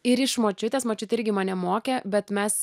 ir iš močiutės močiutė irgi mane mokė bet mes